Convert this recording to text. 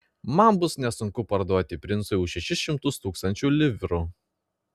man bus nesunku parduoti princui už šešis šimtus tūkstančių livrų